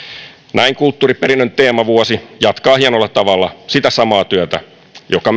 näin kulttuuriperinnön teemavuosi jatkaa hienolla tavalla sitä samaa työtä joka